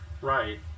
Right